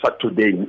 today